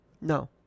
no